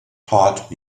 taught